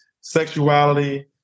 sexuality